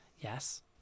yes